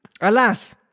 Alas